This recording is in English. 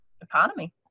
economy